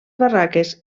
barraques